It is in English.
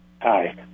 Hi